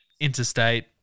interstate